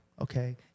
Okay